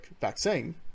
vaccine